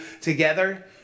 together